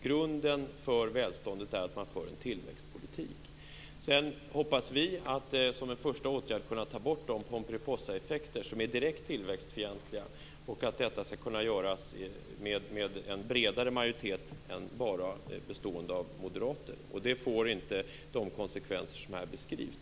Grunden för välståndet är att man för en tillväxtpolitik. Sedan hoppas vi att som en första åtgärd kunna ta bort de pomperipossaeffekter som är direkt tillväxtfientliga och att detta skall kunna göras med en bredare majoritet än bara bestående av moderater. Det får inte de konsekvenser som här beskrivs.